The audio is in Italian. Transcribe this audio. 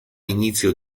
inizio